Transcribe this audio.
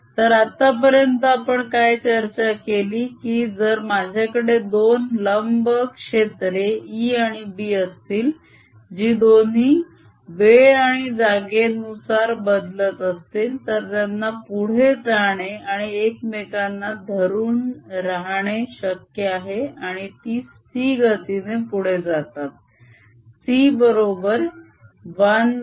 तर आतापर्यंत आपण काय चर्चा केली की जर माझ्याकडे दोन लंब क्षेत्रे E आणि B असतील जी दोन्ही वेळ आणि जागेनुसार बदलत असतील तर त्यांना पुढे जाणे आणि एकमेकांना धरून राहणे शक्य आहे आणि ती c गतीने पुढे जातात c बरोबर 1√00 आहे